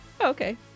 okay